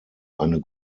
eine